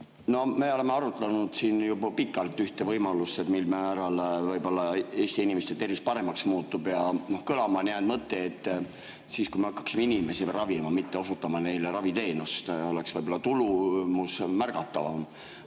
me oleme arutanud siin juba pikalt ühte võimalust, mil määral Eesti inimeste tervis paremaks muutub, ja kõlama on jäänud mõte, et siis, kui me hakkaksime inimesi ravima, mitte osutama neile raviteenust, oleks võib-olla tulemus märgatavam.